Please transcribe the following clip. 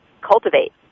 cultivate